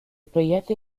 proyecto